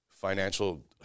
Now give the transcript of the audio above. financial